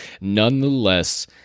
Nonetheless